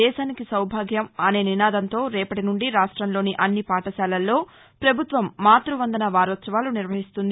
దేశానికి సౌభాగ్యం అనే నినాదంతో రేపటి నుండి రాష్టంలోని ని అన్ని పాఠశాలల్లో పభుత్వం మాత్బ వందన వారోత్సవాలు నిర్వహిస్తుంది